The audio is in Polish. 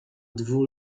dwu